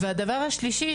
והדבר השלישי,